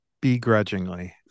begrudgingly